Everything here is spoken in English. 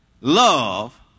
love